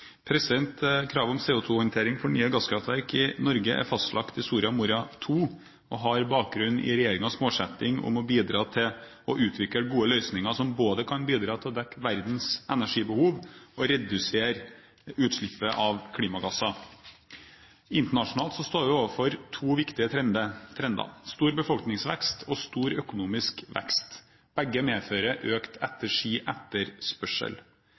gratulasjonen! Kravet om CO2-håndtering for nye gasskraftverk i Norge er fastlagt i Soria Moria II, og har bakgrunn i regjeringens målsetting om å bidra til å utvikle gode løsninger som både kan bidra til å dekke verdens energibehov og redusere utslippet av klimagasser. Internasjonalt står vi overfor to viktige trender: stor befolkningsvekst og stor økonomisk vekst. Begge medfører økt